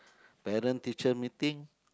parent teacher meeting